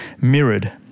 mirrored